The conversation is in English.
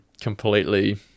completely